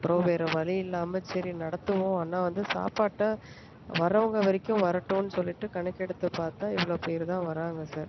அப்புறம் வேற வழி இல்லாமல் சரி நடத்துவோம் ஆனால் வந்து சாப்பாட்டை வரவங்கள் வரைக்கும் வரட்டும்னு சொல்லிட்டு கணக்கெடுத்து பார்த்தா இவ்வளோ பேர்தான் வராங்கள் சார்